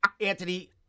Anthony